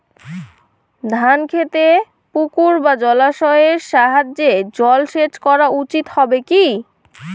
ধান খেতে পুকুর বা জলাশয়ের সাহায্যে জলসেচ করা উচিৎ হবে কি?